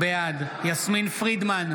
בעד יסמין פרידמן,